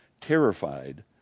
terrified